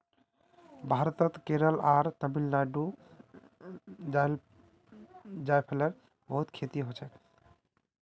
भारतत केरल आर तमिलनाडुत जायफलेर बहुत खेती हछेक